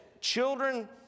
children